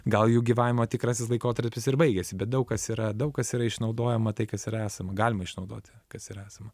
gal jų gyvavimo tikrasis laikotarpis ir baigėsi bet daug kas yra daug kas yra išnaudojama tai kas yra esama galima išnaudoti kas yra esama